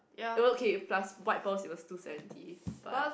okay plus white balls it was two seventy but